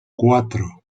cuatro